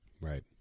Right